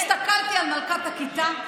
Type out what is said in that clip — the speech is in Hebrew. הסתכלתי על מלכת הכיתה,